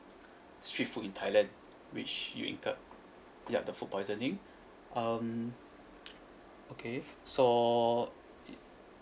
street food in thailand which you incurred yup the food poisoning um okay so